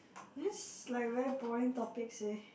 this like very boring topics leh